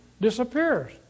disappears